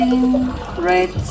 Red